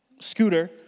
scooter